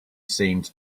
seemed